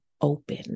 open